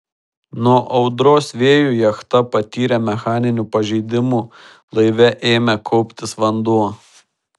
nuo audros vėjų jachta patyrė mechaninių pažeidimų laive ėmė kauptis vanduo